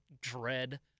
dread